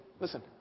Listen